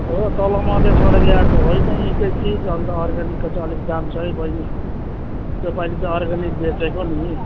हो तल मधेसबाट ल्याएको होइन यहीँकै चिज अन्त अर्ग्यानिकको चाहिँ अलिक दाम छ है बैनी योपालि चाहिँ अर्ग्यानिक बेचेको नि